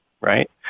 right